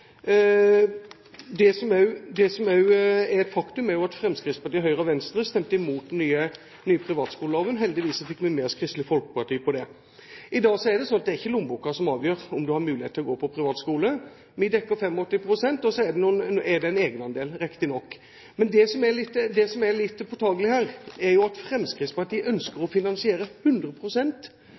vi heldigvis stoppet. Det som også er et faktum, er at Fremskrittspartiet, Høyre og Venstre stemte mot den nye privatskoleloven. Heldigvis fikk vi med oss Kristelig Folkeparti på det. I dag er det ikke lommeboken som avgjør om man har muligheten til å gå på privatskole, vi dekker 85 pst., og så er det riktignok en egenandel. Men det som er litt påtagelig her, er at Fremskrittspartiet ønsker